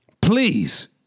Please